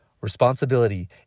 responsibility